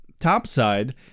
topside